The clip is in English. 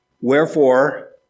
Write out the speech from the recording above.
Wherefore